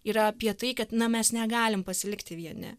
yra apie tai kad na mes negalim pasilikti vieni